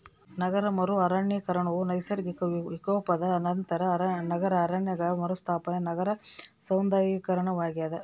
ನಗರ ಮರು ಅರಣ್ಯೀಕರಣವು ನೈಸರ್ಗಿಕ ವಿಕೋಪದ ನಂತರ ನಗರ ಅರಣ್ಯಗಳ ಮರುಸ್ಥಾಪನೆ ನಗರ ಸೌಂದರ್ಯೀಕರಣವಾಗ್ಯದ